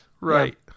Right